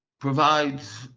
provides